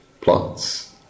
Plots